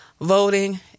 voting